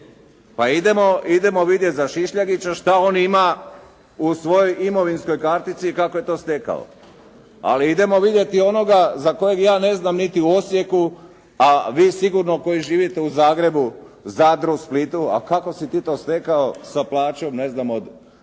idemo vidjeti za Šišljagića šta on ima u svojoj imovinskoj kartici i kako je to stekao? Ali idemo vidjeti onoga za kojeg ja ne znam niti u Osijeku, a vi sigurno koji živite u Zagrebu, Zadru, Splitu a kako si ti to stekao sa plaćom, ne znam, od